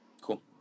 cool